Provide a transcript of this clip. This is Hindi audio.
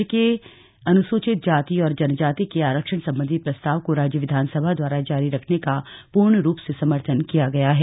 राज्य के अनुसूचित जाति और जनजाति के आरक्षण संबंधी प्रस्ताव को राज्य विधानसभा द्वारा जारी रखने का पूर्ण रूप से समर्थन किया गया है